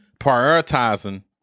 prioritizing